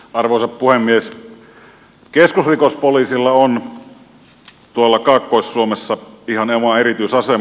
keskusrikospoliisilla on tuolla kaakkois suomessa ihan oma erityisasema